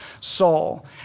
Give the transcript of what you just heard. Saul